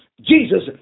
Jesus